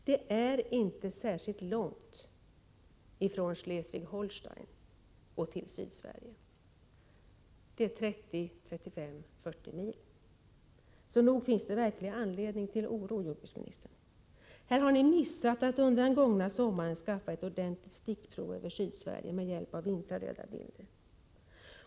Det är inte särskilt långt från Schleswig-Holstein till Sydsverige — 30-40 mil. Nog finns det verklig anledning till oro, jordbruksministern. Här har ni missat att under den gångna sommaren skaffa ett ordentligt stickprov från Sydsverige genom bilder tagna med hjälp av infrarött ljus.